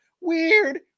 weird